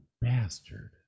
bastard